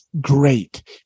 great